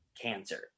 cancer